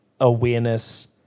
awareness